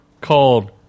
called